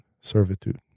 servitude